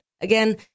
again